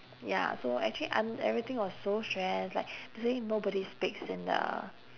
ya so actually an~ everything was so stress like basically nobody speaks in the